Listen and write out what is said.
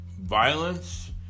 violence